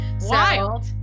Wild